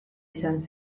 izan